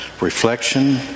reflection